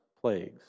plagues